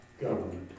government